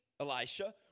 Elisha